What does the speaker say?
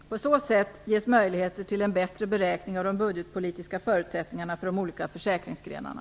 På så sätt ges möjligheter till en bättre beräkning av de budgetpolitiska förutsättningarna för de olika försäkringsgrenarna.